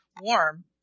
warm